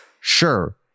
Sure